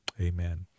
amen